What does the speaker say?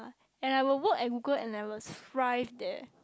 and I will work at Google and I will thrive there